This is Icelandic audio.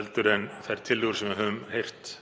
en þær tillögur sem við höfum heyrt